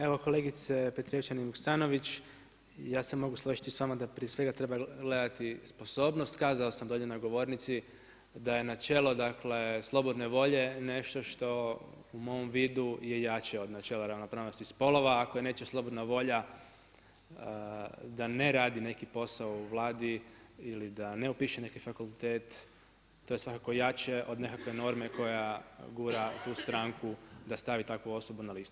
Evo kolegice Petrijevčanini Vuksanović, ja se mogu složiti sa vama da prije svega treba gledati sposobnost, kazao sam dolje na govornici, da je načelo slobodne volje nešto što u mom vidu je jače od načela ravnopravnosti spolova, ako je neće slobodna volja, da ne radi neki posao u Vladi ili da ne upiše neki fakultet, to je svakako jače od nekakve norme koja gura tu stranku, da stavi takvu osobu na listu.